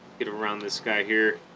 get around this guy here